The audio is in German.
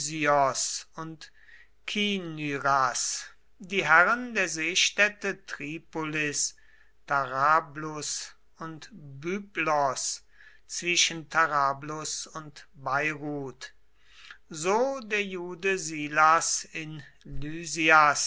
und kinyras die herren der seestädte tripolis tarablus und byblos zwischen tarablus und beirut so der jude silas in